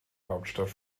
hauptstadt